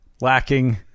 lacking